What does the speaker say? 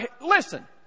Listen